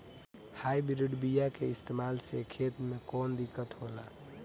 Hybrid बीया के इस्तेमाल से खेत में कौन दिकत होलाऽ?